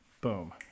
boom